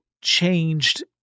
changed